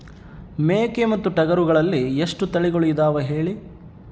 ಮೇಕೆ ಮತ್ತು ಟಗರುಗಳಲ್ಲಿ ಎಷ್ಟು ತಳಿಗಳು ಇದಾವ ಹೇಳಿ?